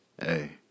hey